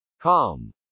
Calm